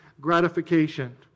gratification